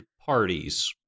parties